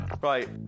Right